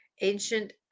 ancient